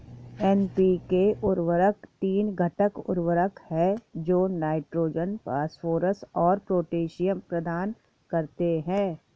NPK उर्वरक तीन घटक उर्वरक हैं जो नाइट्रोजन, फास्फोरस और पोटेशियम प्रदान करते हैं